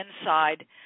inside